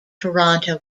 toronto